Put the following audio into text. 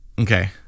Okay